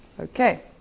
Okay